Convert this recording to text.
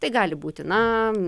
tai gali būti na